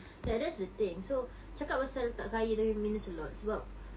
ya that's the thing so cakap pasal tak kaya tapi means a lot sebab